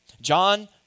John